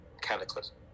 cataclysm